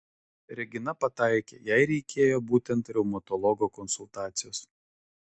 regina pataikė jai reikėjo būtent reumatologo konsultacijos